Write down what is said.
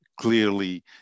clearly